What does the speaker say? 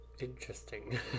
Interesting